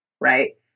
right